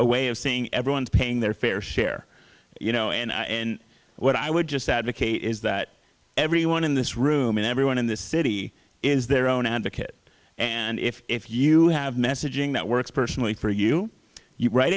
way of seeing everyone paying their fair share you know and i and what i would just advocate is that everyone in this room and everyone in this city is their own advocate and if you have messaging that works personally for you you write